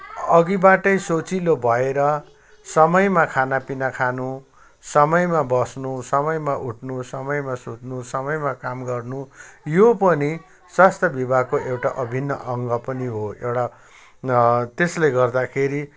अघिबाटै सोचिलो भएर समयमा खाना पिना खानु समयमा बस्नु समयमा उठ्नु समयमा सुत्नु समयमा काम गर्नु यो पनि स्वास्थ्य विभागको एउटा अभिन्न अङ्ग पनि हो एउटा त्यसले गर्दाखेरि